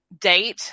date